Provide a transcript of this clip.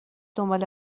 دنبال